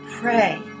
Pray